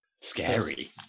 scary